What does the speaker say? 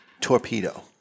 Torpedo